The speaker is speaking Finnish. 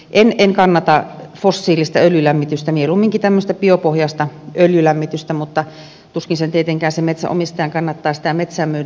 en kannata fossiilista öljylämmitystä mieluumminkin tämmöistä biopohjaista öljylämmitystä mutta tuskin sen metsänomistajan kannattaa tietenkään sitä metsää myydä